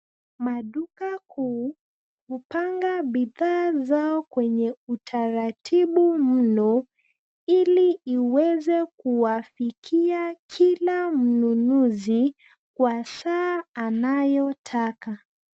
Maduka kuu, hupanga bidhaa zao kwenye utaratibu mno, ili iweze kuwafikia kila mnunuzi ,kwa saa anayotaka.